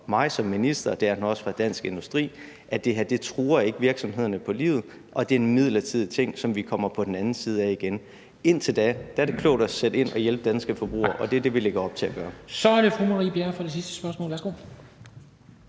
mig som minister, og det er den også fra Dansk Industri – at det her ikke truer virksomhederne på livet, og at det er en midlertidig ting, som vi kommer på den anden side af igen. Indtil da er det klogt at sætte ind i forhold til at hjælpe danske forbrugere, og det er det, vi lægger op til at gøre. Kl. 14:01 Formanden (Henrik Dam Kristensen): Så er det fru Marie Bjerre for det sidste spørgsmål. Værsgo.